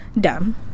dumb